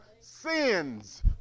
sins